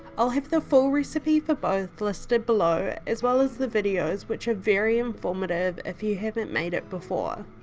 i'll have the full recipe for both listed below as well as the videos which are very informative if you haven't made it before.